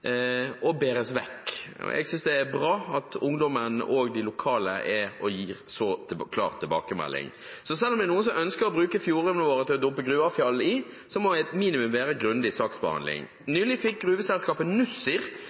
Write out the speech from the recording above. og bæres vekk. Jeg synes det er bra at ungdommen og de lokale gir så klar tilbakemelding. Selv om det er noen som ønsker å bruke fjordene våre til å dumpe gruveavfall i, må et minimum være grundig saksbehandling. Nylig fikk gruveselskapet Nussir